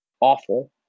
awful